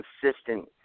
consistent